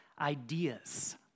ideas